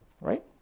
Right